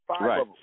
Right